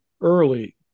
early